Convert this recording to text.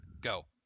Go